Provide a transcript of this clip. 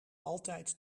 altijd